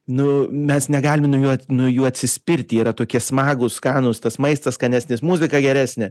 nu mes negalime nuo jų nuo jų atsispirti yra tokie smagūs skanūs tas maistas skanesnis muzika geresnė